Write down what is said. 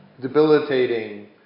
Debilitating